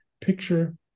picture